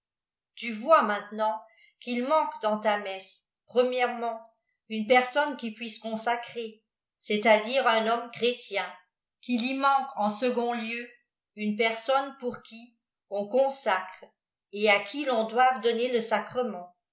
tu vois maintenant qu'il manque dans ta mese premièrement uhê persôrihe qui puisse consacrer c'est-à-dire un homme jhristién yu iï i panque en second lieu une personne pour cui dn'fcohsâcre et a ui ton doive donner le sacreùient